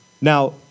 Now